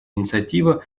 инициатива